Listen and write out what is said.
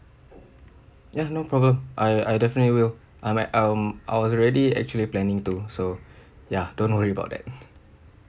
ya no problem I I definitely will I'm at um I was already actually planning to so ya don't worry about that